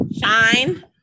Shine